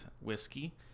whiskey